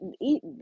eat